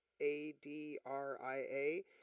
A-D-R-I-A